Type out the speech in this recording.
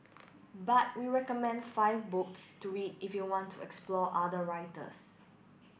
but we recommend five books to read if you want to explore other writers